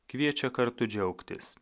kviečia kartu džiaugtis